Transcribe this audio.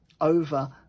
over